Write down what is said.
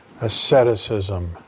asceticism